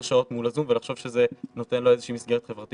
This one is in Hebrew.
שעות מול הזום ולחשוב שזה נותן לו איזה שהיא מסגרת חברתית,